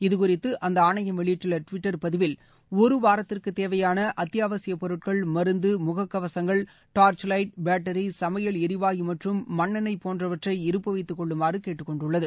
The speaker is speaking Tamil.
இதுகுறித்து அந்த அஆணையம் வெளியிட்டுள்ள டுவிட்டர் பதிவில் ஒருவாரத்திற்கு தேவையான அத்யாவசியப் பொருட்கள் மருந்து முக கவசங்கள் டார்ச்லைட் பேட்டரி சமையல் எரிவாயு மற்றும் மண்ணெண்ணெய் போன்றவற்றை இருப்பு வைத்துக் கொள்ளுமாறு கேட்டுக் கொண்டுள்ளது